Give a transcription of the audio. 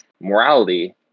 Morality